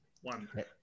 One